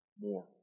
more